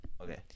okay